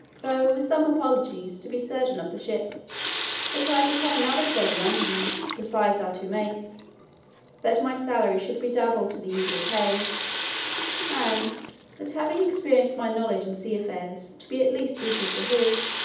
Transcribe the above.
though with some apologies, to be surgeon of the ship that so i should have another surgeon under me, beside our two mates that my salary should be double to the usual pay and that having experienced my knowledge in sea-affairs to be at least equal to his,